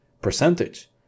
percentage